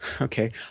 Okay